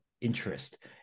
interest